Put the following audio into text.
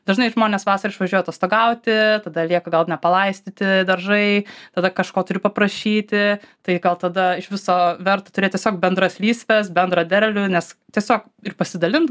dažnai žmonės vasarą išvažiuoja atostogauti tada lieka gal nepalaistyti daržai tada kažko turiu paprašyti tai gal tada iš viso verta turėti tiesiog bendras lysves bendrą derlių nes tiesiog ir pasidalint